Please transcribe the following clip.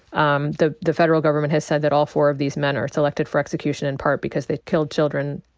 um the the federal government has said that all four of these men are selected for execution in part because they killed children.